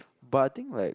but I think like